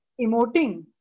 emoting